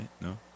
No